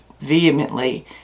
vehemently